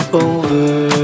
over